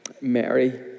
Mary